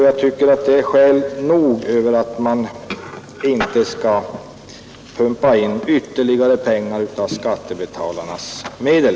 Jag tycker att det är skäl nog för att inte pumpa in ytterligare miljoner av skattebetalarnas medel.